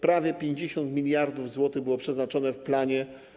Prawie 50 mld zł było przeznaczone w planie.